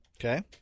Okay